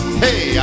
hey